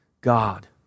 God